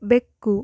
ಬೆಕ್ಕು